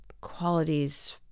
qualities